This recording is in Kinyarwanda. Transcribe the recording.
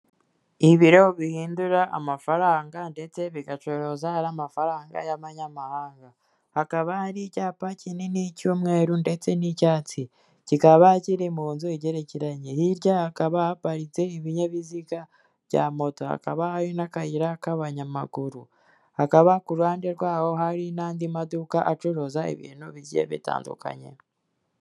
Ibiro bihindura amafaranga ndetse bigacuruza n'amafaranga y'amanyamahanga, hakaba hari icyapa kinini cy'umweru ndetse n'icyatsi, kikaba kiri mu nzu igerekeranye, hirya hakaba haparitse ibinyabiziga bya moto, hakaba hari n'akayira k'abanyamaguru, hakaba ku ruhande rwaho hari n'andi maduka acuruza ibintu bigiye bitandukanye.